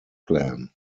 plan